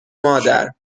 مادر